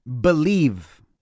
believe